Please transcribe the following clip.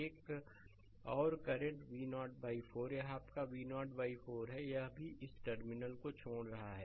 एक और current V0 4 यह आपका V0 4 है यह भी इस टर्मिनल को छोड़ रहा है